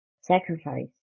Sacrifice